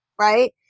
right